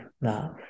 love